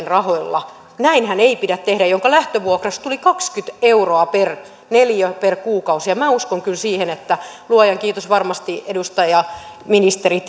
rahoilla näinhän ei pidä tehdä lähtövuokraan tuli kaksikymmentä euroa per neliö per kuukausi minä uskon kyllä siihen että luojan kiitos varmasti ministeri